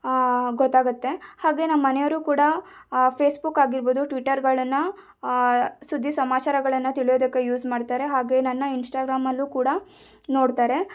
ಗೊತ್ತಾಗತ್ತೆ ಹಾಗೆ ನಮ್ಮ ಮನೆಯವರು ಕೂಡ ಫೇಸ್ಬುಕ್ ಆಗಿರ್ಬೋದು ಟ್ವಿಟರ್ಗಳನ್ನು ಸುದ್ದಿ ಸಮಾಚಾರಗಳನ್ನು ತಿಳಿಯೋದಕ್ಕೆ ಯೂಸ್ ಮಾಡ್ತಾರೆ ಹಾಗೆ ನನ್ನ ಇನ್ಸ್ಟಾಗ್ರಾಮಲ್ಲೂ ಕೂಡ ನೋಡ್ತಾರೆ